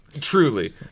Truly